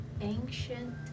Ancient